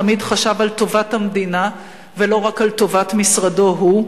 תמיד חשב על טובת המדינה ולא רק על טובת משרדו הוא,